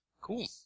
Cool